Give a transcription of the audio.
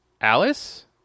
alice